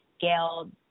Gail